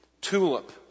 Tulip